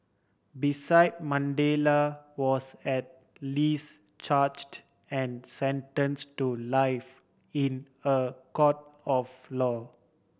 beside Mandela was at least charged and sentence to life in a court of law